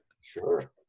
Sure